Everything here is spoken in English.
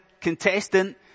contestant